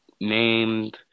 named